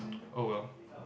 oh well